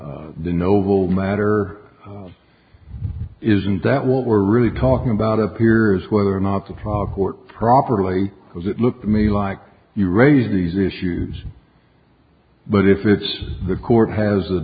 noble matter isn't that what we're really talking about up here is whether or not the trial court properly because it looked to me like you raised these issues but if it's the court has